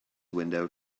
window